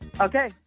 Okay